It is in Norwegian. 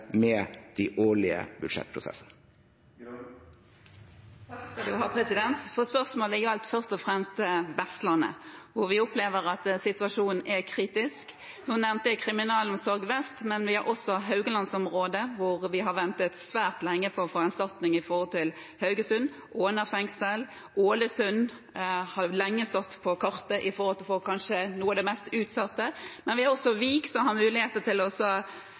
med de årlige budsjettprosessene. Spørsmålet gjaldt først og fremst Vestlandet, hvor vi opplever at situasjonen er kritisk. Jeg nevnte Kriminalomsorga region vest, men vi har også Haugalandsområdet, hvor vi har ventet svært lenge på å få erstattet Haugesund fengsel. Åna fengsel er et annet. Ålesund fengsel har lenge stått på kartet som kanskje et av de mest utsatte. Men vi har også Vik fengsel, som har mulighet til å etablere 30 nye plasser. Så har vi også